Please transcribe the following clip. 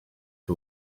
who